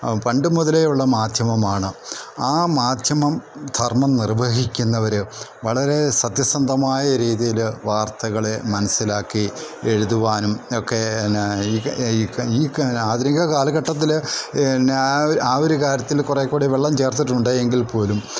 പണ്ട് മുതലേയുള്ള മാധ്യമമാണ് ആ മാധ്യമം ധർമ്മം നിർവഹിക്കുന്നവർ വളരെ സത്യസന്ധമായ രീതിയിൽ വാർത്തകളെ മനസ്സിലാക്കി എഴുതുവാനും ഒക്കെ പിന്നെ ഈ ഈ ആധുനിക കാലഘട്ടത്തിൽ എന്നാ ആ ഒരു കാര്യത്തിൽ കുറേക്കൂടി വെള്ളം ചേർത്തിട്ടുണ്ട് എങ്കിൽപ്പോലും